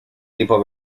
tipo